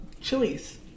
chilies